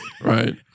Right